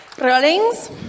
Rollings